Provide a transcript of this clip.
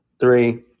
three